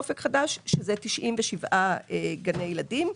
ואלה 97 גני ילדים.